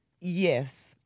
Yes